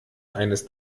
eines